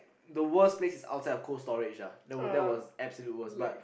the worst place is outside of Cold Storage ya that was that was absolute worst but